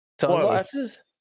sunglasses